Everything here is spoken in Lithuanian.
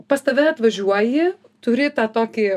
pas tave atvažiuoji turi tą tokį